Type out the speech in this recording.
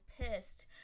pissed